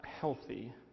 healthy